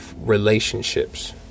Relationships